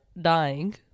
dying